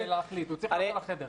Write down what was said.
הוא צריך להיות בחדר.